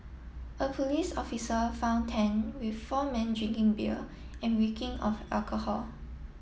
a police officer found Tan with four men drinking beer and reeking of alcohol